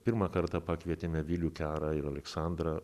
pirmą kartą pakvietėme vilių kerą ir aleksandrą